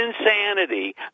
insanity